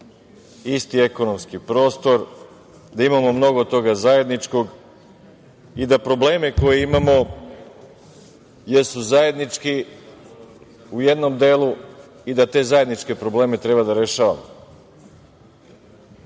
isti ekonomski prostor, da imamo mnogo toga zajedničkog i da probleme koje imamo jesu zajednički u jednom delu i da te zajedničke probleme treba da rešavamo. Srbija